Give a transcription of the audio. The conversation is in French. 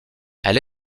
elle